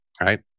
right